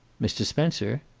mr. spencer?